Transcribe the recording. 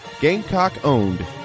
Gamecock-owned